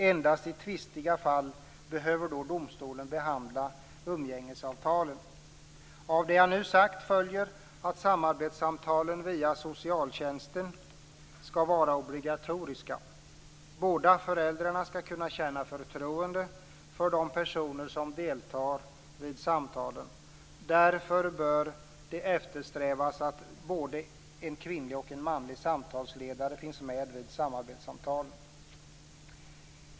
Endast i tvistiga fall behöver då domstolen behandla umgängesavtalen. Av det jag nu sagt följer att samarbetssamtalen via socialtjänsten skall vara obligatoriska. Båda föräldrarna skall kunna känna förtroende för de personer som deltar vid samtalen. Därför bör det eftersträvas att både en kvinnlig och en manlig samtalsledare finns med vid samarbetssamtalen.